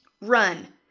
Run